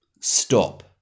stop